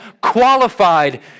qualified